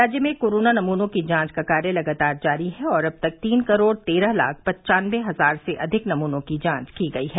राज्य में कोरोना नमूनों की जांच का कार्य लगातार जारी है और अब तक तीन करोड़ तेरह लाख पनचानबे हजार से अधिक नमूनों की जांच की गई है